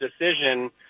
decision